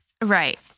Right